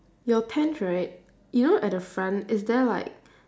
your tent right you know at the front is there like